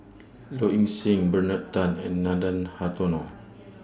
Low Ing Sing Bernard Tan and Nathan Hartono